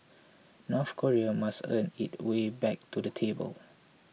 North Korea must earn its way back to the table